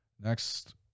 Next